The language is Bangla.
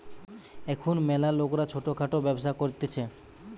এখুন ম্যালা লোকরা ছোট খাটো ব্যবসা করতিছে